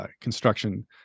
construction